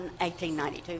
1892